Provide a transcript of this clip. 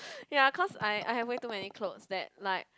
ya cause I I have way too many clothes that like